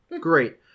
great